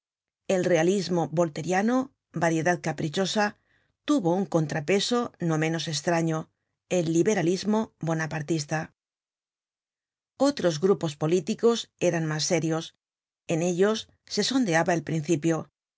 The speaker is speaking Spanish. el realismo volteriano variedad caprichosa tuvo un contrapeso no menos estraño el liberalismo bonapartista otros grupos políticos eran mas serios en ellos se sondeaba el principio